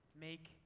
make